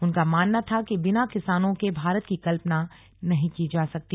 उनका मानना था कि बिना किसानों के भारत की कल्पना नहीं की जा सकती